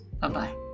Bye-bye